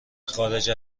خارج